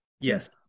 Yes